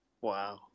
Wow